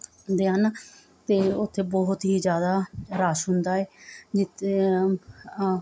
ਦੇ ਹਨ ਅਤੇ ਉੱਥੇ ਬਹੁਤ ਹੀ ਜ਼ਿਆਦਾ ਰੱਸ਼ ਹੁੰਦਾ ਏ ਜਿੱਥੇ